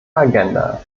agenda